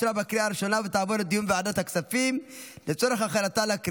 לוועדת הכספים נתקבלה.